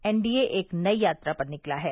NDA एक नई यात्रा पर निकला है